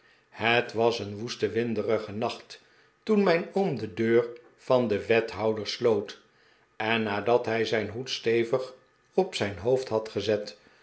het was een woeste winderige nacht toen mijn oom de deur van den wethouder sloot en nadat hij zijn hoed stevig op zijn hoofd had gezet